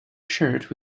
shirt